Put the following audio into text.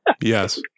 Yes